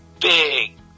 big